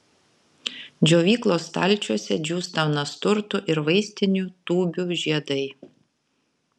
džiovyklos stalčiuose džiūsta nasturtų ir vaistinių tūbių žiedai